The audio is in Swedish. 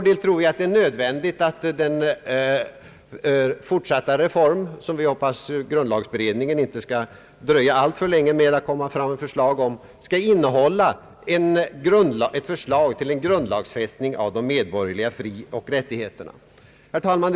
Jag tror att det är nödvändigt att den fortsatta reformeringen, som vi hoppas att grundlagberedningen inte skall dröja allt för länge med att presentera förslag till, skall inrymma också en grundlagsfästning av de medborgerliga frioch rättigheterna. Herr talman!